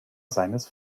seines